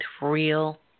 real